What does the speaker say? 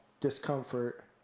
discomfort